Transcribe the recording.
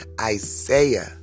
Isaiah